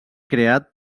creat